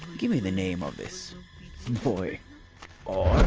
give me the name of this boy or,